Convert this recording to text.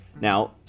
now